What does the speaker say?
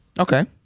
Okay